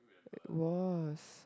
it was